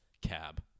Cab